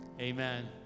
amen